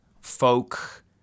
folk